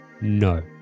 No